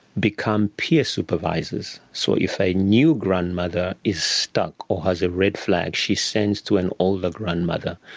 become peer supervisors. so if a new grandmother is stuck or has a red flag, she sends to an older grandmother.